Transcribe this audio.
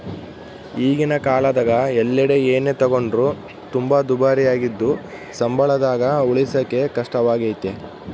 ಈಗಿನ ಕಾಲದಗ ಎಲ್ಲೆಡೆ ಏನೇ ತಗೊಂಡ್ರು ತುಂಬಾ ದುಬಾರಿಯಾಗಿದ್ದು ಸಂಬಳದಾಗ ಉಳಿಸಕೇ ಕಷ್ಟವಾಗೈತೆ